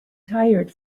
tired